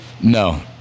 No